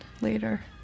later